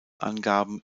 angaben